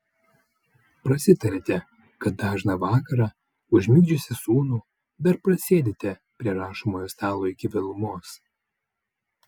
prasitarėte kad dažną vakarą užmigdžiusi sūnų dar prasėdite prie rašomojo stalo iki vėlumos